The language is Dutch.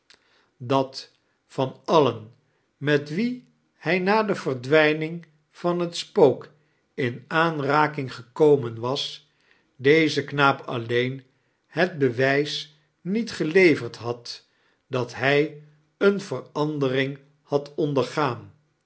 dat van alien met wie hij na de verdwijning van het spook in aanraking gekomen was deze knaap alleen het bewijs niet geleverd had dat hij eene verandering had ondergaan